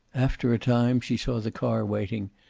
after a time she saw the car waiting,